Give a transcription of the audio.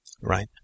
right